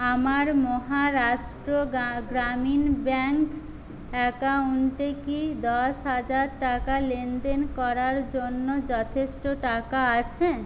আমার মহারাষ্ট্র গ্রামীণ ব্যাঙ্ক অ্যাকাউন্টে কি দশ হাজার টাকা লেনদেন করার জন্য যথেষ্ট টাকা আছে